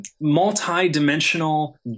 multi-dimensional